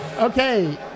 Okay